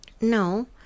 No